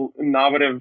innovative